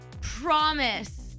promise